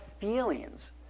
feelings